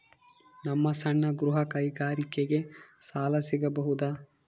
ನಮ್ಮ ಸಣ್ಣ ಗೃಹ ಕೈಗಾರಿಕೆಗೆ ಸಾಲ ಸಿಗಬಹುದಾ?